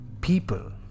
people